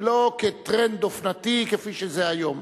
ולא כטרנד אופנתי כפי שזה היום.